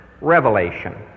revelation